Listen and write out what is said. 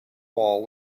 wall